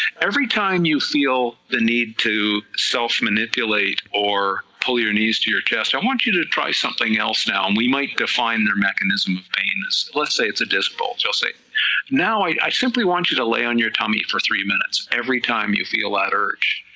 every time you feel the need to self manipulate or pull your knees to your chest, i want you to try something else now, and we might defy and their mechanism of pain, let's say it's a disc bulge, i'll say now i i simply want you to lay on your tummy for three minutes, every time you feel that urge,